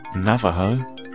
Navajo